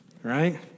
Right